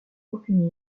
aucune